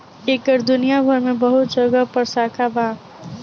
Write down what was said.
एकर दुनिया भर मे बहुत जगह पर शाखा बा